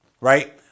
right